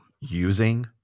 using